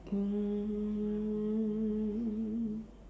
um